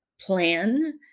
plan